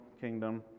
kingdom